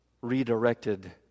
redirected